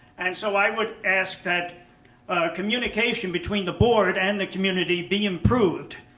and so i would ask that communication between the board and the community be improved.